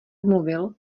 mluvil